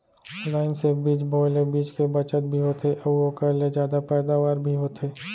line से बीज बोए ले बीच के बचत भी होथे अउ ओकर ले जादा पैदावार भी होथे